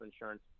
insurance